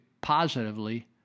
positively